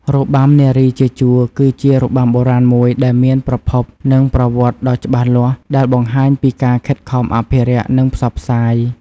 របាំនារីជាជួរ គឺជារបាំបុរាណមួយដែលមានប្រភព និងប្រវត្តិដ៏ច្បាស់លាស់ ដែលបង្ហាញពីការខិតខំអភិរក្ស និងផ្សព្វផ្សាយ។